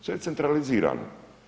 Sve je centralizirano.